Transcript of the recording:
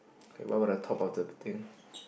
okay what about the top of the thing